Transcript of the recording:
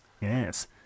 Yes